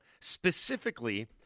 specifically